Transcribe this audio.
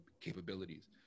capabilities